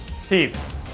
Steve